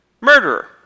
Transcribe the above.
Murderer